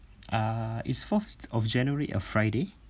uh is fourth of january a friday